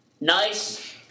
Nice